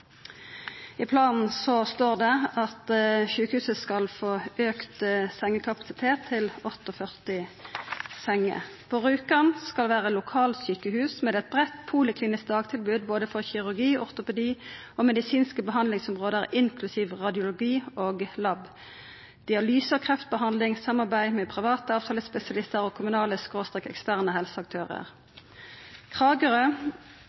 I planen står det at sjukehuset skal få auka sengekapasiteten til 48 senger. På Rjukan skal det vera lokalsjukehus «med et bredt poliklinisk dagtilbud både for kirurgi, ortopedi og medisinske behandlingsområder inklusiv radiologi og lab. Dialyse og kreftbehandling. Samarbeid med privat avtalespesialister og kommunale/eksterne helseaktører». Kragerø